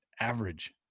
average